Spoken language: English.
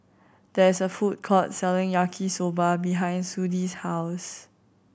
there is a food court selling Yaki Soba behind Sudie's house